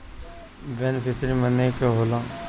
Beneficiary मने का होला?